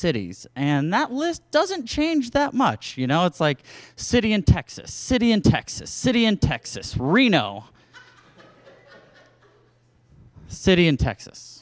cities and that list doesn't change that much you know it's like a city in texas city in texas city in texas reno city in texas